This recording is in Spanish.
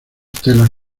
telas